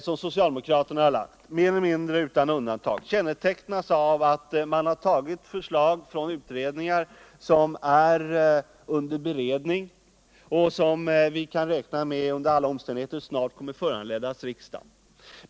De socialdemokratiska reservationerna kännetecknas nästan utan undantag av att där förs fram förslag, som är under beredning och som vi kan räkna med under alla omständigheter snart kommer att föreläggas riksdagen.